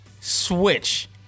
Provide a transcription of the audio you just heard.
switch